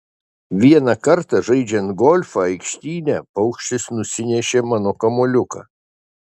vieną kartą žaidžiant golfą aikštyne paukštis nusinešė mano kamuoliuką